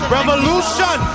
Revolution